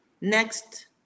next